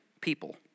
people